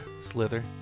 slither